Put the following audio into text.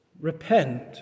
repent